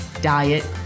diet